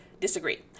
disagree